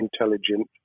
intelligent